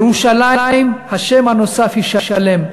ירושלים, השם הנוסף הוא שלם.